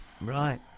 Right